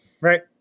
Right